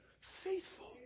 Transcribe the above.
faithful